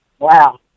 Wow